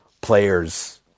players